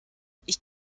ich